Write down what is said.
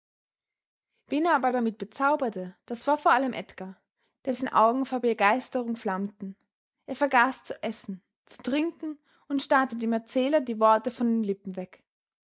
wen er aber damit bezauberte das war vor allem edgar dessen augen vor begeisterung flammten er vergaß zu essen zu trinken und starrte dem erzähler die worte von den lippen weg